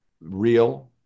real